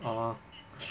oh